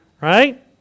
Right